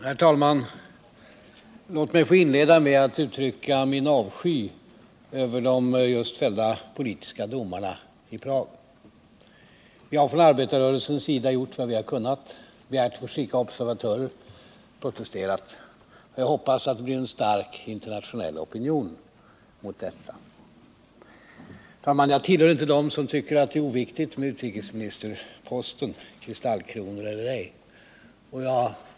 Herr talman! Låt mig inleda med att uttrycka min avsky över de just fällda politiska domarna i Prag. Vi har från arbetarrörelsens sida gjort vad vi har kunnat — begärt att få skicka observatörer och protesterat. Och jag hoppas att det blir en stark internationell opinion mot dessa domar. Jag tillhör inte dem som tycker att utrikesministerposten — med kristallkronor eller ej — är oviktig.